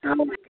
इहाँ पर बैठ